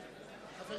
כתוב: